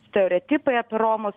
stereotipai apie romus